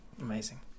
Amazing